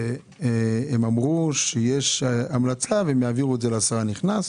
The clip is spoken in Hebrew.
הם אמרו שיש המלצה והם יעבירו את זה לשר הנכנס.